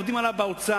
עובדים עליו באוצר,